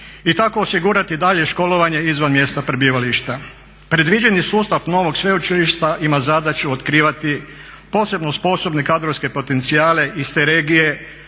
i tako osigurati daljnje školovanje izvan mjesta prebivališta. Predviđen je sustav novog sveučilišta ima zadaću otkrivati posebno sposobne kadrovske potencijale iz te regije,